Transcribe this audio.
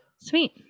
Sweet